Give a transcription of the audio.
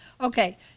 Okay